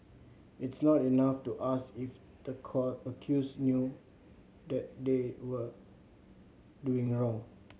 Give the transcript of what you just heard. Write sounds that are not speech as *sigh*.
it's not enough to ask if the *unintelligible* accused knew that they were doing wrong